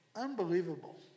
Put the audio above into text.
unbelievable